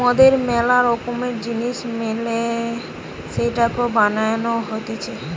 মদের ম্যালা রকম জিনিস মেনে সেটাকে বানানো হতিছে